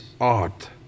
art